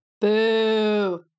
Boo